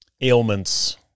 ailments